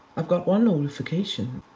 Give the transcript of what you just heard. i've got one notification.